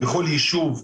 בכל יישוב,